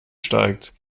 steigt